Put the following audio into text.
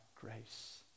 grace